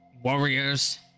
Warriors